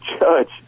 judge